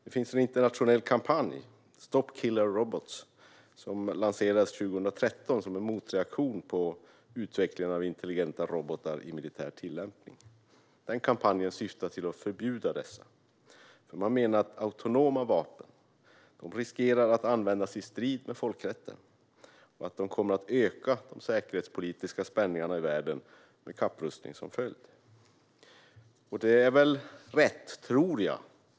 Det finns en internationell kampanj, Stop Killer Robots, som lanserades 2013 som en motreaktion på utvecklingen av intelligenta robotar i militär tillämpning. Kampanjen syftar till att förbjuda dessa eftersom man menar att autonoma vapen riskerar att användas i strid med folkrätten och att de kommer att öka de säkerhetspolitiska spänningarna i världen, med kapprustning som följd. Det är väl rätt, tror jag.